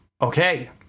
Okay